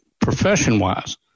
profession-wise